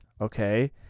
okay